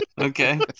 Okay